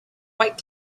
quite